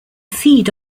feed